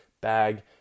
bag